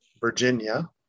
Virginia